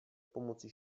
pomocí